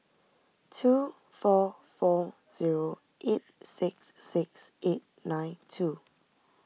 two four four zero eight six six eight nine two